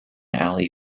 alley